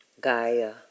Gaia